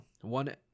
One